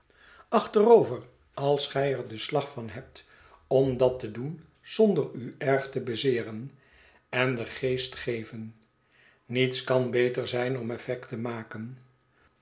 achterover als gij er den slag van hebt om dat te doen zonder u erg te bezeeren en den geest geven nietskan beterzijn om effect te maken